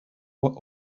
were